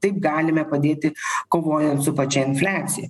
taip galime padėti kovojant su pačia infliacija